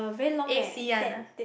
A_C one ah